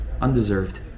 Undeserved